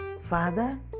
Father